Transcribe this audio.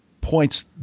points